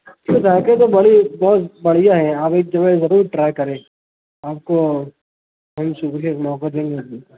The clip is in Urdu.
تو ذائقے تو بڑی بہت بڑھیا ہیں آپ ایک جو ہے ضرور ٹرائی کریں آپ کو موقع دیں گے